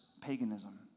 paganism